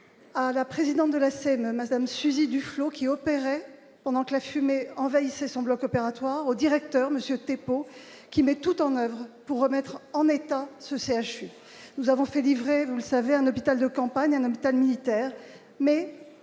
à la présidente de la Seine Madame Suzie Duflot qui opéraient pendant que la fumée envahissait son bloc opératoire au directeur Monsieur Thépot qui met tout en oeuvre pour remettre en état ce CHU, nous avons fait livrer, vous le savez, un hôpital de campagne un hôpital militaire, mais